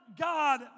God